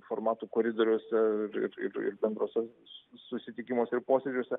formatų koridoriuose ir ir ir bendruose susitikimuose ir posėdžiuose